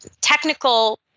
technical